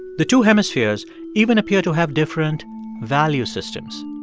the two hemispheres even appear to have different value systems.